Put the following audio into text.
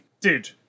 dude